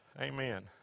Amen